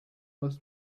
was